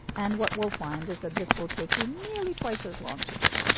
and what we'll find is that this will take you nearly twice as long to do.